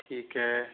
ठीक है